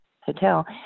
hotel